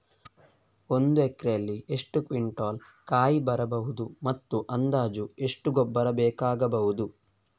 ಒಂದು ಎಕರೆಯಲ್ಲಿ ಎಷ್ಟು ಕ್ವಿಂಟಾಲ್ ಕಾಯಿ ಬರಬಹುದು ಮತ್ತು ಅಂದಾಜು ಎಷ್ಟು ಗೊಬ್ಬರ ಬೇಕಾಗಬಹುದು?